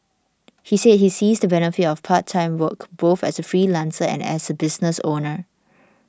he said he sees the benefit of part time work both as a freelancer and as a business owner